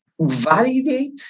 validate